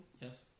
Yes